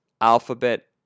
Alphabet